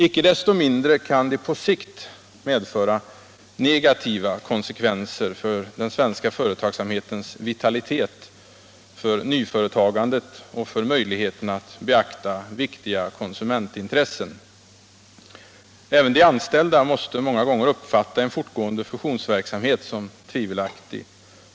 Icke desto mindre kan de på sikt medföra negativa konsekvenser för den svenska företagsamhetens vitalitet, för nyföretagandet och för möjligheterna att beakta viktiga konsumentintressen. Även de anställda måste många gånger uppfatta en fortgående fusionsverksamhet som tvivelaktig.